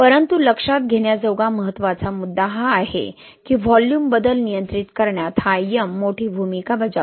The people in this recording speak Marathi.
परंतु लक्षात घेण्याजोगा महत्त्वाचा मुद्दा हा आहे की व्हॉल्यूम बदल नियंत्रित करण्यात हा M मोठी भूमिका बजावते